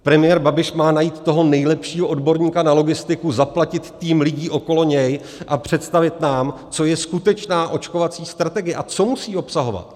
Premiér Babiš má najít toho nejlepšího odborníka na logistiku, zaplatit tým lidí okolo něj a představit nám, co je skutečná očkovací strategie a co musí obsahovat.